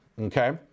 Okay